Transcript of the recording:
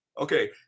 Okay